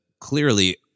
clearly